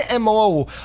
MO